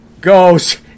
goes